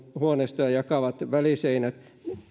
huoneistoja jakavat väliseinät